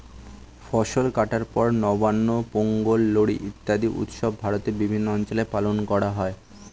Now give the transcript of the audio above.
ফসল কাটার পর নবান্ন, পোঙ্গল, লোরী ইত্যাদি উৎসব ভারতের বিভিন্ন অঞ্চলে পালন করা হয়